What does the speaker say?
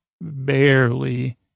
barely